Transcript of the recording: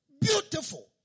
Beautiful